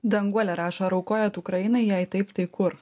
danguolė ar aukojat ukrainai jei taip tai kur